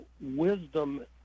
wisdom